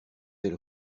elle